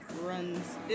runs